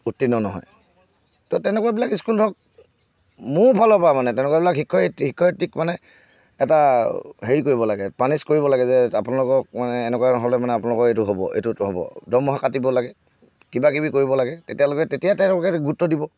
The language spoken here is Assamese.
উত্তীৰ্ণ নহয় ত' তেনেকুৱাবিলাক স্কুল ধৰক মোৰ ফালৰ পৰা মানে তেনেকুৱাবিলাক শিক্ষয়ত্ৰী শিক্ষয়ত্ৰীক মানে এটা হেৰি কৰিব লাগে পানিছ কৰিব লাগে যে আপোনালোকক মানে এনেকুৱা নহ'লে মানে আপোনালোকৰ এইটো হ'ব এইটো এইটো হ'ব দৰমহা কাটিব লাগে কিবাকিবি কৰিব লাগে তেতিয়ালৈকে তেতিয়া তেওঁলোকে গুৰুত্ব দিব